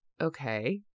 okay